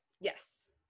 Yes